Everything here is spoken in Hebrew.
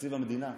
מתקציב המדינה,